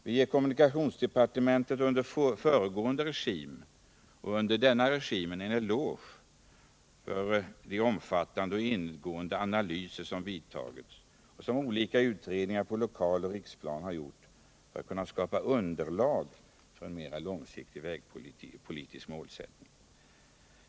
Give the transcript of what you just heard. Vi ger kommunikationsdepartementet både under föregående regim och under denna en eloge för de omfattande och ingående analyser som företagits och som olika utredningar på lokaloch riksplan har gjort för att kunna skapa underlag för en mera långsiktig vägpolitisk målsättning.